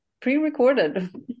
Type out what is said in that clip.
pre-recorded